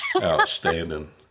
Outstanding